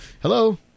Hello